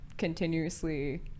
continuously